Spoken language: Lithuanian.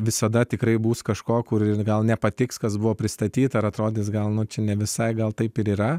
visada tikrai bus kažko ir gal nepatiks kas buvo pristatyta ar atrodys gal čia visai gal taip ir yra